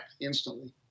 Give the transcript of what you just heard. instantly